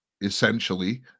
essentially